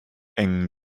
eng